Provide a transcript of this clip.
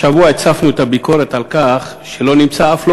השבוע הצפנו את הביקורת על כך שלא נמצא אף לא